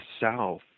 south